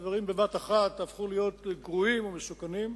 והדברים בבת-אחת הפכו להיות גרועים או מסוכנים,